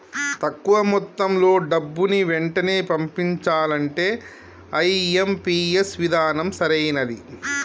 తక్కువ మొత్తంలో డబ్బుని వెంటనే పంపించాలంటే ఐ.ఎం.పీ.ఎస్ విధానం సరైనది